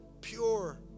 pure